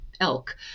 elk